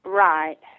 Right